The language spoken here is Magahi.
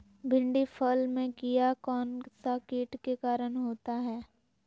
भिंडी फल में किया कौन सा किट के कारण होता है?